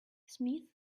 smith